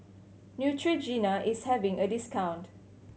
Neutrogena is having a discount